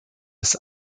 ist